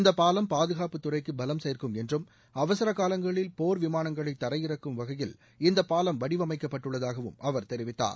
இந்தப் பாலம் பாதுகாப்புத் துறைக்கு பலம் சேர்க்கும் என்றும் அவசர காலங்களில் போர் விமானங்களை தரையிறக்கும் வகையில் இந்தப் பாலம் வடிவமைக்கப்பட்டுள்ளதாகவும் அவர் தெரிவித்தார்